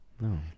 No